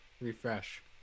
Refresh